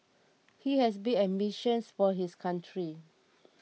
he has big ambitions for his country